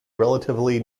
relatively